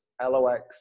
l-o-x